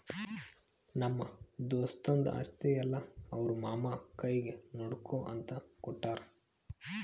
ನಮ್ಮ ದೋಸ್ತದು ಆಸ್ತಿ ಎಲ್ಲಾ ಅವ್ರ ಮಾಮಾ ಕೈನಾಗೆ ನೋಡ್ಕೋ ಅಂತ ಕೊಟ್ಟಾರ್